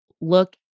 look